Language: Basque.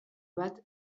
bat